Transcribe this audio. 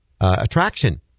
attraction